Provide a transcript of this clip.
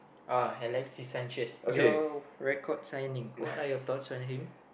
uh I like see Sanchez your record signing what are your thoughts on him